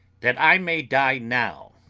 that i may die now,